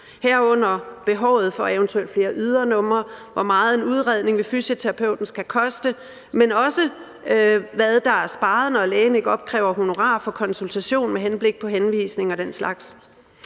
herunder behovet for eventuelt flere ydernumre, hvor meget en udredning ved fysioterapeuten skal koste, men også hvad der er sparet, når lægen ikke opkræver honorar for konsultation med henblik på henvisning og den slags.